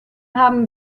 haben